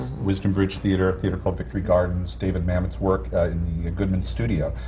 wisdom bridge theatre, a theatre called victory gardens, david mamet's work in the goodman studio.